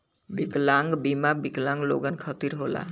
विकलांग बीमा विकलांग लोगन खतिर होला